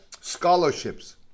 scholarships